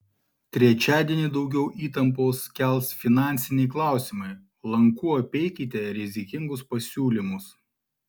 trečiadienį daugiau įtampos kels finansiniai klausimai lanku apeikite rizikingus pasiūlymus